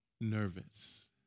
nervous